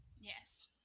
yes